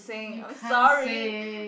when you can't sing